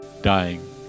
dying